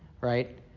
right